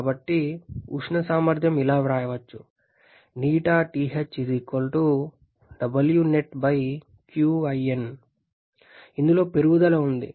కాబట్టి ఉష్ణ సామర్థ్యం ఇలా వ్రాయవచ్చు ఇందులో పెరుగుదల ఉంది